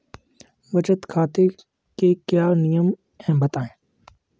बचत खाते के क्या नियम हैं बताएँ?